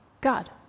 God